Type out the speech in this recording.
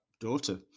Daughter